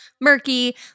murky